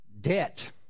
Debt